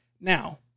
Now